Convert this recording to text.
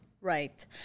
Right